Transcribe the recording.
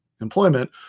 employment